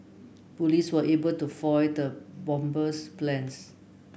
police were able to foil the bomber's plans